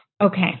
Okay